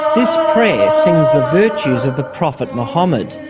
this prayer sings the virtues of the prophet mohammed,